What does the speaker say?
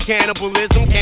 Cannibalism